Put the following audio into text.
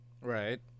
Right